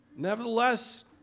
Nevertheless